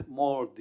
more